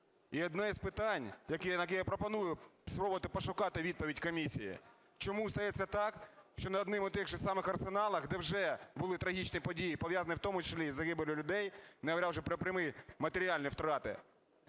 І одне із питань, яке я пропоную спробувати пошукати відповідь комісії: чому стається так, що на одних і тих же арсеналах, де вже були трагічні події, пов'язані в тому числі з загибеллю людей, не говоря вже про прямі матеріальні втрати,